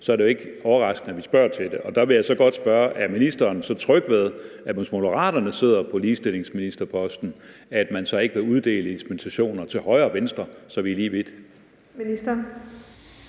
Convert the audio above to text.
er det jo ikke overraskende, at vi spørger til det. Der vil jeg så godt spørge: Er ministeren så tryg ved, at hvis Moderaterne sidder på ligestillingsministerposten, vil man ikke uddele dispensationer til højre og venstre, så vi er lige vidt? Kl.